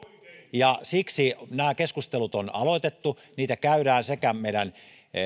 siksi nämä keskustelut on aloitettu niitä käydään sekä